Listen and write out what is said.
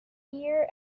year